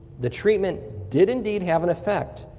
the treatment did indeed have an effect.